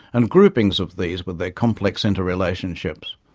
and groupings of these with their complex inter-relationships.